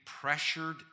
pressured